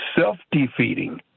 self-defeating